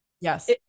yes